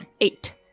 eight